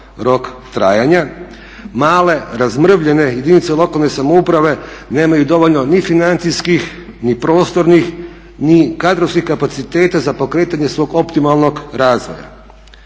rok trajanja. Male, razmrvljene jedinice lokalne samouprave nemaju dovoljno ni financijskih, ni prostornih, ni kadrovskih kapaciteta za pokretanje svog optimalnog razvoja.